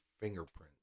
fingerprint